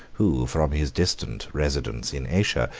who, from his distant residence in asia,